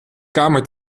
kamer